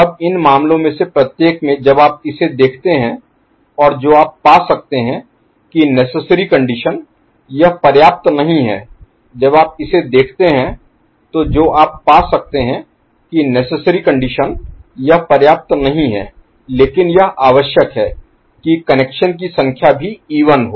अब इन मामलों में से प्रत्येक में जब आप इसे देखते हैं और जो आप पा सकते हैं कि नेसेसरी कंडीशन Necessary Conditionआवश्यक स्थिति यह पर्याप्त नहीं है जब आप इसे देखते हैं तो जो आप पा सकते हैं कि नेसेसरी कंडीशन Necessary Conditionआवश्यक स्थिति यह पर्याप्त नहीं है लेकिन यह आवश्यक है कि कनेक्शन की संख्या भी इवन हो